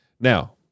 Now